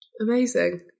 Amazing